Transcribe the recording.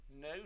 no